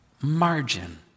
margin